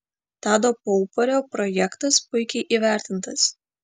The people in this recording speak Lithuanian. tado paupario projektas puikiai įvertintas